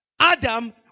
adam